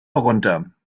runter